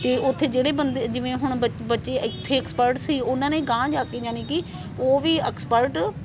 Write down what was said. ਅਤੇ ਉੱਥੇ ਜਿਹੜੇ ਬੰਦੇ ਜਿਵੇਂ ਹੁਣ ਬੱ ਬੱਚੇ ਇੱਥੇ ਐਕਸਪਰਟ ਸੀ ਉਹਨਾਂ ਨੇ ਅਗਾਂਹ ਜਾ ਕੇ ਯਾਨੀ ਕਿ ਉਹ ਵੀ ਐਕਸਪਰਟ